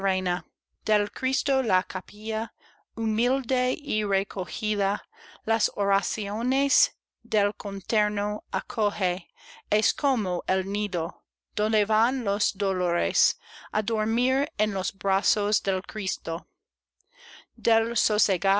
cristo la capilla humilde y recojida las oraciones del contorno acoje es como el nido donde van los dolores á dormir en los brazos del cristo